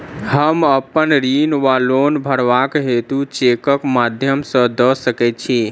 हम अप्पन ऋण वा लोन भरबाक हेतु चेकक माध्यम सँ दऽ सकै छी?